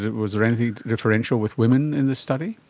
was there any differential with women in this study?